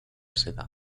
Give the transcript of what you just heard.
seda